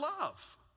love